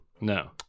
No